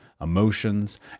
emotions